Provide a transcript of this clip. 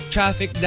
Traffic